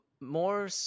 more